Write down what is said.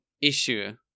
issue